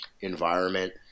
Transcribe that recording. environment